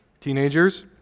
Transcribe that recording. teenagers